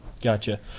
Gotcha